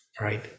right